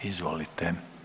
Izvolite.